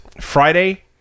Friday